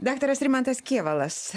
daktaras rimantas kėvalas